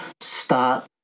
start